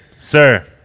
sir